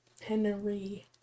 Henry